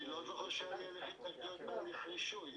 הסעיף שאנחנו מדברים עליו הם המועדים שרלוונטיים לרשות רישוי גז טבעי.